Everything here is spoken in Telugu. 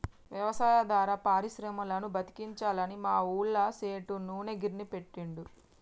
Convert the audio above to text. వ్యవసాయాధార పరిశ్రమలను బతికించాలని మా ఊళ్ళ సేటు నూనె గిర్నీ పెట్టిండు